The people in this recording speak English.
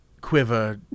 quiver